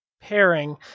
pairing